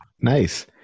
nice